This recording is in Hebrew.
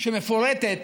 שמפורטת